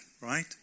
right